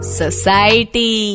society